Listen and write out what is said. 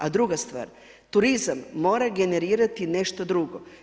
A druga stvar, turizam mora generirati nešto drugo.